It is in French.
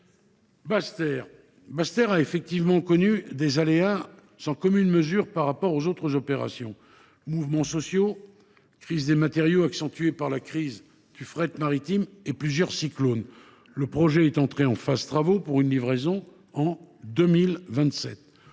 Basse Terre, des aléas qui sont sans commune mesure par rapport aux autres opérations – mouvements sociaux, crise des matériaux accentuée par la crise du fret maritime et plusieurs cyclones. Le projet est désormais entré en phase de travaux, pour une livraison en 2027.